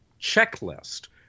checklist